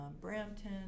Brampton